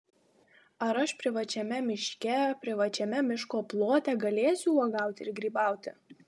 ar aš privačiame miške privačiame miško plote galėsiu uogauti ir grybauti